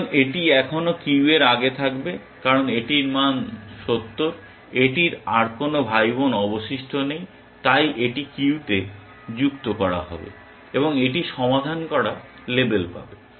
সুতরাং এটি এখনও কিউ এর আগে থাকবে কারণ এটির মান 70 এটির আর কোন ভাইবোন অবশিষ্ট নেই তাই এটি কিউতে যুক্ত হবে এবং এটি সমাধান করা লেবেল পাবে